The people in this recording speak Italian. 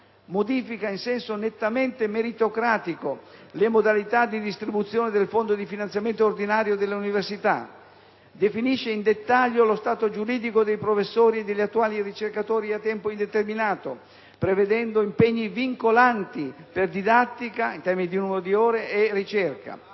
Modifica in senso nettamente meritocratico le modalità di distribuzione del Fondo di finanziamento ordinario delle università. Definisce in dettaglio lo stato giuridico dei professori e degli attuali ricercatori a tempo indeterminato, prevedendo impegni vincolanti per didattica, in